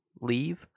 leave